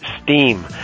STEAM